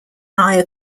higher